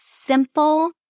simple